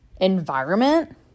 environment